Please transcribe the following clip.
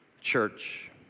church